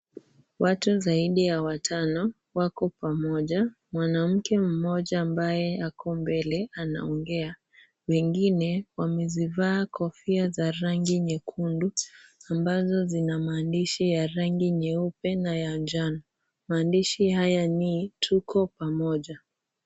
Watu zaidi ya watano wako pamoja. Mwanamke mmoja ambaye ako mbele anaongea wengine. Wamezivaa kofia za rangi nyekundu ambazo zina maandishi ya rangi nyeupe na ya njano. Maandishi haya ni tuko pamoja.